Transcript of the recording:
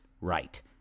right